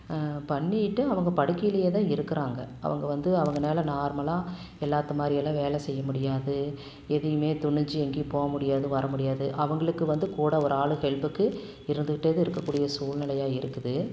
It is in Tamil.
பண்ணிகிட்டு அவங்க படுக்கையிலையே தான் இருக்கிறாங்க அவங்க வந்து அவங்களால நார்மலா எல்லாத்த மாதிரி எல்லாம் வேலை செய்ய முடியாது எதையுமே துணிந்து எங்கேயும் போக முடியாது வர முடியாது அவங்களுக்கு வந்து கூட ஒரு ஆள் ஹெல்ப்புக்கு இருந்துக்கிட்டே தான் இருக்கக்கூடிய சூழ்நிலையாக இருக்குது